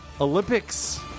Olympics